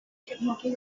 cefnogi